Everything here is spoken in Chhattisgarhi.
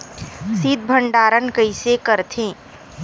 शीत भंडारण कइसे करथे?